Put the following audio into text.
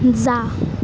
जा